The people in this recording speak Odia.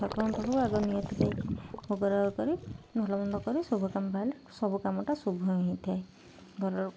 ଠାକୁରଙ୍କ ପାଖକୁ ଆଗ ନିହାତି ଯାଇକି ଭୋଗରାଗ କରି ଭଲମନ୍ଦ କରି ଶୁଭ କାମ ବାହାରିଲେ ସବୁ କାମଟା ଶୁଭ ହିଁ ହେଇଥାଏ ଘରର